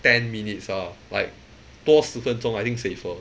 ten minutes ah like 多十分钟 I think safer